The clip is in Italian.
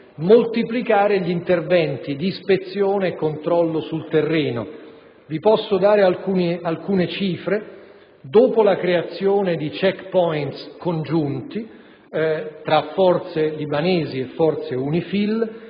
moltiplicare gli interventi di ispezione e controllo sul terreno. Vi posso dare alcune cifre: dopo la creazione di *check-points* congiunti tra forze libanesi e forze UNIFIL,